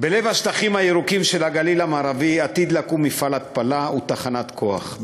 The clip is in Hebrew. בלב השטחים הירוקים של הגליל המערבי עתידים לקום מפעל התפלה ותחנת כוח,